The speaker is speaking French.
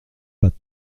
pas